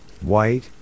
white